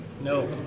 No